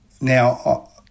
now